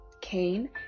Cain